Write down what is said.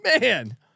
man